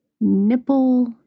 nipple